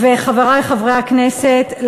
וחברי חברי הכנסת,